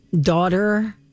daughter